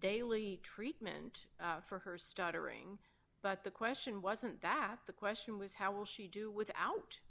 daily treatment for her starring but the question wasn't that the question was how will she do without